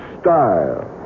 style